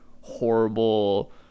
horrible